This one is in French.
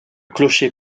clocher